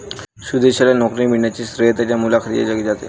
सुदेशला नोकरी मिळण्याचे श्रेय त्याच्या मुलाखतीला जाते